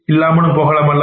இல்லாமலும் போகலாம் அல்லவா